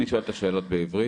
אני שואל את השאלות בעברית,